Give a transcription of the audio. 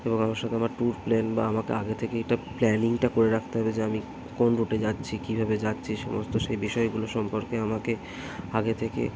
এবং আমার সাথে আমার ট্যুর প্ল্যান বা আমাকে আগে থেকেই তো প্ল্যানিংটা করে রাকতে হবে যে আমি কোন রুটে যাচ্ছি কীভাবে যাচ্ছি সমস্ত সেই বিষয়গুলো সম্পর্কে আমাকে আগে থেকে